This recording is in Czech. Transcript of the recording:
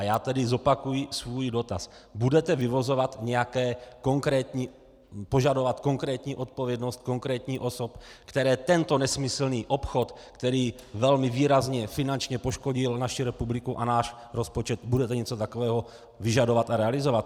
Já tedy zopakuji svůj dotaz: Budete požadovat nějakou konkrétní odpovědnost konkrétních osob, které tento nesmyslný obchod, který velmi výrazně finančně poškodil naši republiku a náš rozpočet, budete něco takového vyžadovat a realizovat?